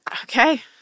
Okay